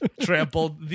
Trampled